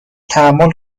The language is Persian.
تحمل